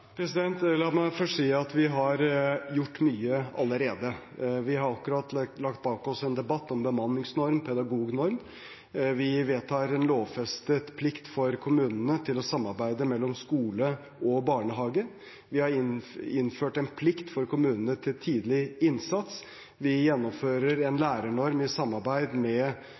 La meg først si at vi har gjort mye allerede. Vi har akkurat lagt bak oss en debatt om bemanningsnorm og pedagognorm, vi vedtar en lovfestet plikt for kommunene til samarbeid mellom skole og barnehage, vi har innført en plikt for kommunene til tidlig innsats, vi gjennomfører en lærernorm i samarbeid med